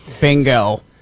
Bingo